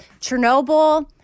Chernobyl